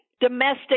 Domestic